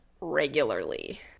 regularly